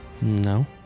No